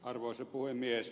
arvoisa puhemies